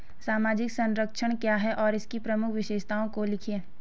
सामाजिक संरक्षण क्या है और इसकी प्रमुख विशेषताओं को लिखिए?